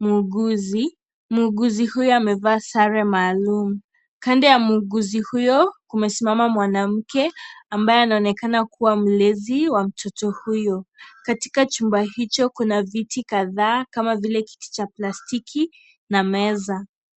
mwuguzi. Mwuguzi huyu amevaa sare maalum. Kando ya mwuguzi huyo kumesimama mwanamke ambaye anaonekana kuwa mlezi wa mtoto huyu. Katika chumba hicho kuna vitu kadhaa kama vile kiti cha plastiki na meza.